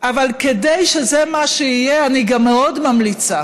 אבל כדי שזה מה שיהיה אני גם מאוד ממליצה